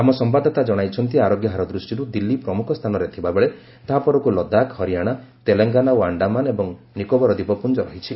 ଆମ ସମ୍ଭାଦଦାତା ଜଣାଇଛନ୍ତି ଆରୋଗ୍ୟ ହାର ଦୃଷ୍ଟିର୍ ଦିଲ୍ଲୀ ପ୍ରମ୍ରଖ ସ୍ଥାନରେ ଥିବା ବେଳେ ତାହା ପରକ୍ତ ଲଦାଖ ହରିଆଣା ତେଲଙ୍ଗାନା ଓ ଆଖାମାନ ଏବଂ ନିକୋବର ଦୀପପୁଞ୍ଜ ରହିଛି